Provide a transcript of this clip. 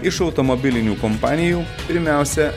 iš automobilinių kompanijų pirmiausia